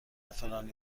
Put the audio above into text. فلانی